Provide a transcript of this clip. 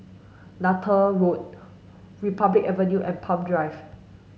Neythal Road Republic Avenue and Palm Drive